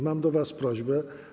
Mam do was prośbę.